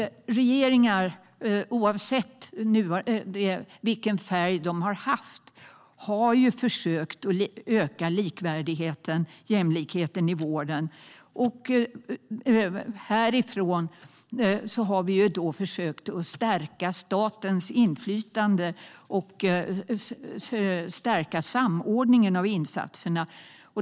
Regeringar, oavsett vilken färg de har haft, har försökt öka likvärdigheten, jämlikheten, i vården. Härifrån riksdagen har vi försökt stärka statens inflytande och samordningen av insatserna.